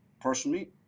personally